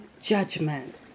judgment